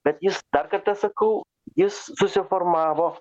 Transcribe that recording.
bet jis dar kartą sakau jis susiformavo